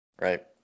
Right